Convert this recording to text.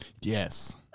Yes